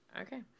Okay